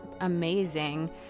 amazing